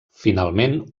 finalment